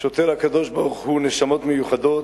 שותל הקדוש-ברוך-הוא נשמות מיוחדות,